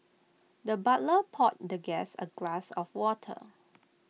the butler poured the guest A glass of water